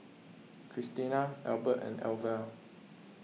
Kristina Elbert and Elvia